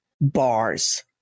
bars